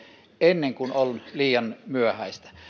ennen kuin on liian myöhäistä